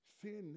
sin